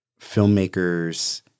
filmmakers